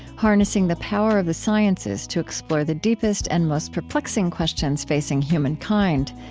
harnessing the power of the sciences to explore the deepest and most perplexing questions facing human kind.